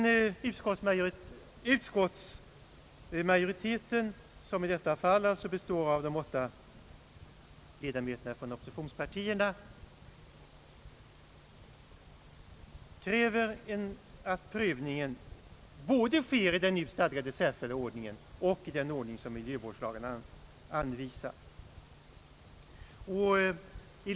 Utskottsmajoriteten, som i detta fall alltså består av de åtta ledamöterna från oppositionspartierna, kräver att prövningen sker både i den nu stadgade särskilda ordningen och i den ordning som miljövårdslagen anvisar.